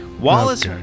Wallace